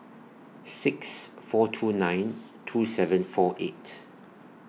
six four two nine two seven four eight